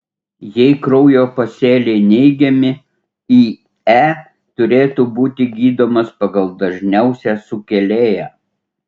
jei kraujo pasėliai neigiami ie turėtų būti gydomas pagal dažniausią sukėlėją